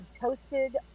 toasted